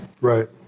Right